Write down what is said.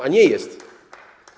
A nie jest.